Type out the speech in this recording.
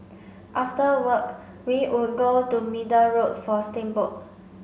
after work we would go to Middle Road for steamboat